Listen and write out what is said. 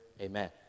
Amen